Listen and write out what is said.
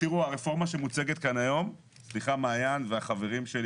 הרפורמה שמוצגת כאן היום סליחה מעין והחברים שלי